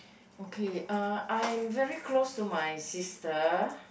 okay uh I'm very close to my sister